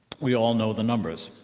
we all know the numbers.